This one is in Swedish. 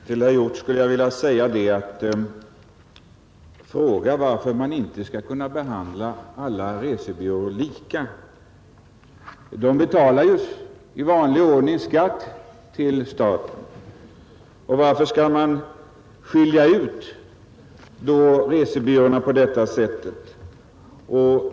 Fru talman! Jag skulle vilja fråga herr Hjorth, varför inte alla resebyråer skall behandlas lika. De betalar i vanlig ordning skatt till staten. Varför skall man då skilja ut resebyråer på detta sätt?